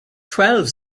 twelve